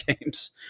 games